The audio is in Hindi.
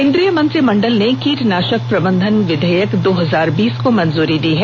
केन्द्रीय मंत्रिमंडल ने कीटनाशक प्रबंधन विधेयक दो हजार बीस को मंजूरी दे दी है